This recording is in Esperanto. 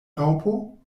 raŭpo